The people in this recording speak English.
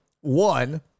one